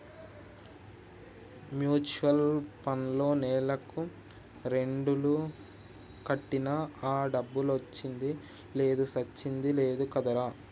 mutual పండ్లో నెలకు రెండేలు కట్టినా ఆ డబ్బులొచ్చింది లేదు సచ్చింది లేదు కదరా